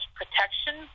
protection